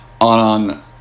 on